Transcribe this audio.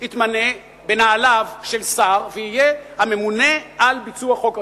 יתמנה בנעליו של שר ויהיה הממונה על ביצוע חוק רשות?